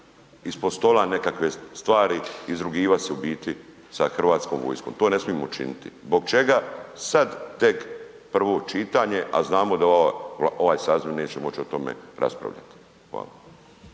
ispod stola nekakve stvari i izrugivat se u biti sa HV-om. To ne smijemo učiniti. Zbog čega sad tek prvo čitanje, a znamo da ovaj saziv neće moć o tome raspravljati? Hvala.